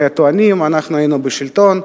וטוענים: אנחנו היינו בשלטון,